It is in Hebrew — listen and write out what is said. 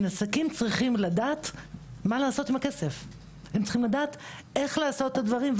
עסקים צריכים לדעת מה לעשות עם הכסף ואיך לעשות את הדברים.